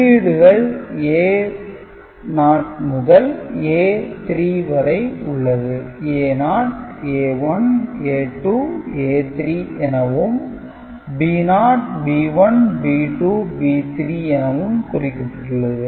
உள்ளீடுகள் A0 முதல் A3 வரை உள்ளது A0 A1 A2 A3 எனவும் B0 B1 B2 B3 எனவும் குறிக்கப்பட்டுள்ளது